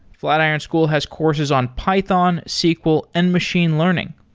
flatiron school has courses on python, sql and machine learning.